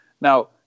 Now